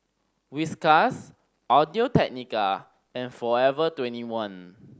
Whiskas Audio Technica and Forever Twenty one